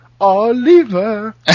Oliver